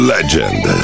Legend